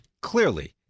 Clearly